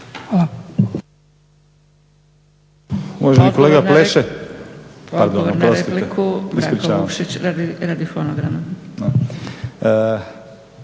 Hvala.